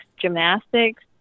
gymnastics